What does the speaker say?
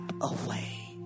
away